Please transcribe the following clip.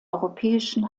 europäischen